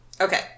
Okay